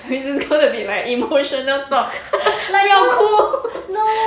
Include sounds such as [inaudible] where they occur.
you know you a bit like emotional though [laughs] 不要哭 [laughs]